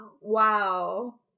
Wow